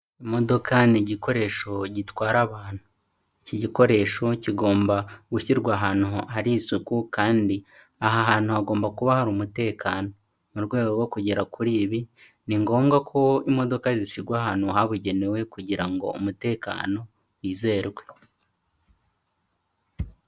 Imodoka ni igikoresho gitwara abantu. Iki gikoresho kigomba gushyirwa ahantu hari isuku kandi aha hantu hagomba kuba hari umutekano. Mu rwego rwo kugera kuri ibi, ni ngombwa ko imodoka zishyirwa ahantu habugenewe kugira ngo umutekano wizerwe.